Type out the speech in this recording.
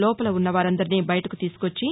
లోపల ఉన్నవారందరిని బయటకు తీసుకొచ్చి